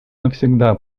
навсегда